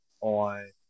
on